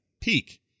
peak